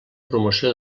promoció